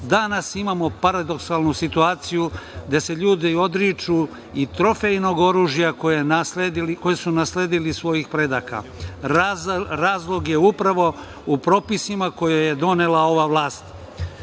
Danas imamo paradoksalnu situaciju gde se ljudi odriču i trofejnog oružje koje su nasledili od svojih predaka. Razlog je upravo u propisima koji je donela ova vlast. Kao